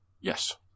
yes